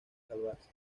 salvarse